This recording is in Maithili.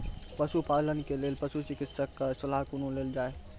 पशुपालन के लेल पशुचिकित्शक कऽ सलाह कुना लेल जाय?